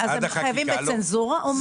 אז הם חייבים בצנזורה או מה?